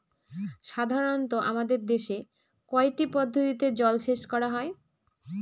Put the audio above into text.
সাধারনত আমাদের দেশে কয়টি পদ্ধতিতে জলসেচ করা হয়?